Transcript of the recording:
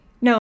No